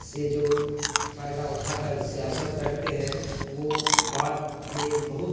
سے جو فائدہ اٹھا کر سیاست کرتے ہیں وہ بعد میں بہت